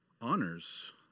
honors